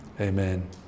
amen